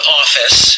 office